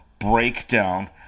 breakdown